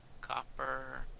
Copper